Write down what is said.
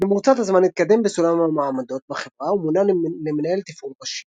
במרוצת הזמן התקדם בסולם המעמדות בחברה ומונה למנהל תפעול ראשי.